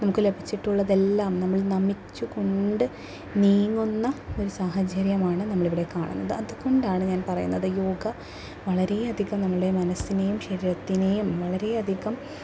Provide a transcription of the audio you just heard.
നമുക്ക് ലഭിച്ചിട്ടുള്ളതെല്ലാം നമ്മൾ നമിച്ച് കൊണ്ട് നീങ്ങുന്ന ഒരു സാഹചര്യമാണ് നമ്മളിവിടെ കാണുന്നത് അതുകൊണ്ടാണ് ഞാൻ പറയുന്നത് യോഗ വളരേ അധികം നമ്മളുടെ മനസ്സിനെയും ശരീരത്തിനെയും വളരേയധികം